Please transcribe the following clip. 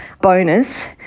bonus